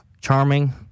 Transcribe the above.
charming